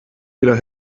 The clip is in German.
wieder